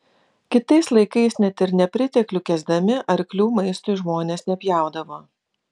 kitais laikais net ir nepriteklių kęsdami arklių maistui žmonės nepjaudavo